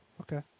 Okay